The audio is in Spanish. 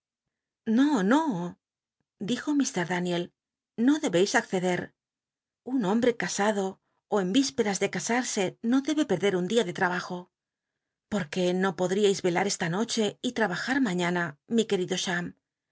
no no dijo lir daniel no dcbeis acceder un hombre casado ó en visperas de casarse no debe perder un día de trabajo porque no podriais vela esta noche y trabajar mañana mi querido